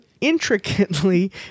intricately